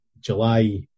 July